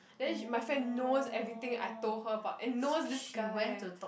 then she my friend knows everything I told her about and knows this guy